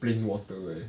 plain water leh